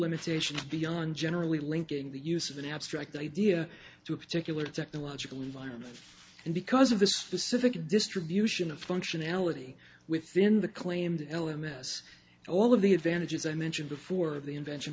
limitations beyond generally linking the use of an abstract idea to a particular technological environment and because of the specific distribution of functionality within the claimed l m s all of the advantages and then sure before the invention